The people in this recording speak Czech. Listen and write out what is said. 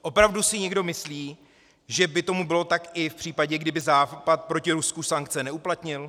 Opravdu si někdo myslí, že by tomu tak bylo i v případě, kdyby západ proti Rusku sankce neuplatnil?